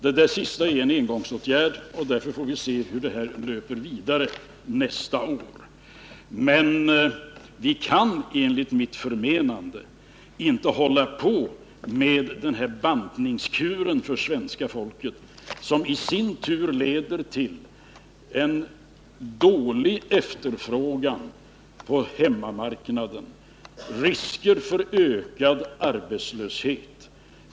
Det sista är en engångsåtgärd, och därför får vi se hur detta löper vidare nästa år. Enligt mitt förmenande kan vi emellertid inte hålla på med den här bantningskuren för svenska folket. Den leder i sin tur till en dålig efterfrågan på hemmamarknaden och risker för ökad arbetslöshet.